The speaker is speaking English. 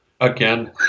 Again